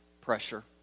pressure